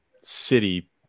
city